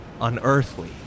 unearthly